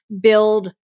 build